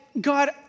God